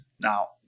now